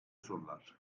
sorular